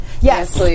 Yes